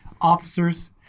Officers